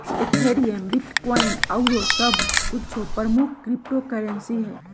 Ethereum, bitcoin आउरो सभ कुछो प्रमुख क्रिप्टो करेंसी हइ